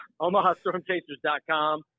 OmahaStormChasers.com